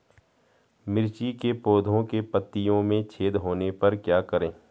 मिर्ची के पौधों के पत्तियों में छेद होने पर क्या करें?